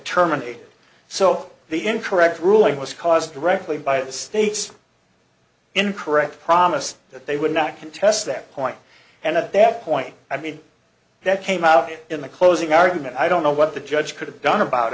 terminate so the incorrect ruling was caused directly by the state's in correct promised that they would not contest that point and at that point i mean that came out in the closing argument i don't know what the judge could have done